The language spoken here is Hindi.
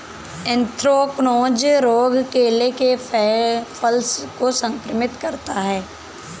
एंथ्रेक्नोज रोग केले के फल को संक्रमित करता है